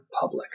public